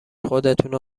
خودتونو